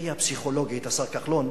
והפריפריה הפסיכולוגית, השר כחלון,